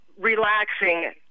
relaxing